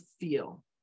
feel